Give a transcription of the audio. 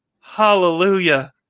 Hallelujah